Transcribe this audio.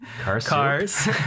cars